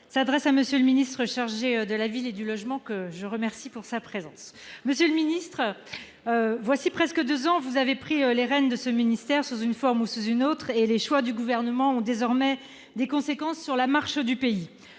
s'adresse à M. le ministre chargé de la ville et du logement, que je remercie de sa présence. Monsieur le ministre, voilà presque deux ans que vous avez pris les rênes de ce ministère, sous une forme ou sous une autre, et les choix du Gouvernement ont désormais des conséquences sur la marche du pays.